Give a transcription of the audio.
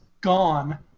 gone